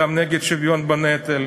גם נגד שוויון בנטל,